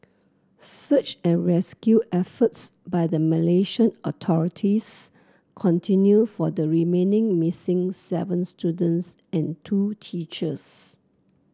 search and rescue efforts by the Malaysian authorities continue for the remaining missing seven students and two teachers